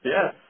Yes